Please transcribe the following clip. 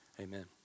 amen